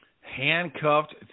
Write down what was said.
Handcuffed